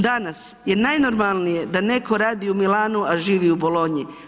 Danas je najnormalnije da netko radi u Milanu, a živi u Bolonji.